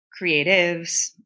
creatives